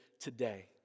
today